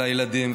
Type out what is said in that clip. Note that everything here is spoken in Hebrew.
לילדים.